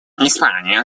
испания